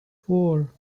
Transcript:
four